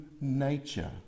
nature